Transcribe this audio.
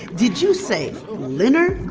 did you say linner?